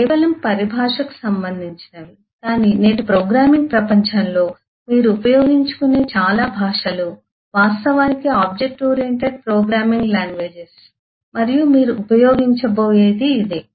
కేవలం పరిభాషకు సంబంధించినవి కానీ నేటి ప్రోగ్రామింగ్ ప్రపంచంలో మీరు ఉపయోగించుకునే చాలా భాషలు వాస్తవానికి ఆబ్జెక్ట్ ఓరియెంటెడ్ ప్రోగ్రామింగ్ లాంగ్వేజెస్ మరియు మీరు ఉపయోగించబోయేది ఇదే